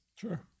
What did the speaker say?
Sure